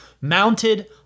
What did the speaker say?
mounted